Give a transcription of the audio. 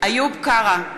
איוב קרא,